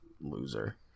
loser